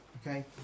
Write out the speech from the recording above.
okay